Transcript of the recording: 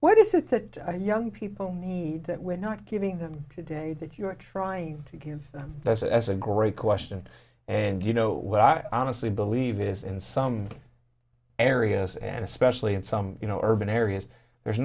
what is it that young people need that we're not giving them today that you're trying to give them that's as a great question and you know what i honestly believe is in some areas and especially in some you know urban areas there's